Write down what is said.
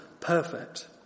perfect